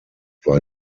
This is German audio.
war